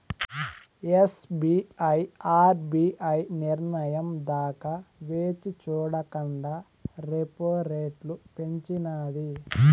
SBI RBI నిర్నయం దాకా వేచిచూడకండా రెపో రెట్లు పెంచినాది